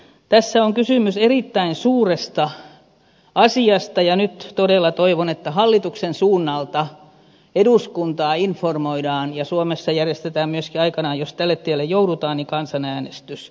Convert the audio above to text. tässä on kysymys erittäin suuresta asiasta ja nyt todella toivon että hallituksen suunnalta eduskuntaa informoidaan ja suomessa järjestetään myöskin aikanaan jos tälle tielle joudutaan kansanäänestys